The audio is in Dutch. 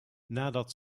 nadat